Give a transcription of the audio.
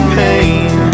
pain